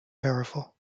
powerful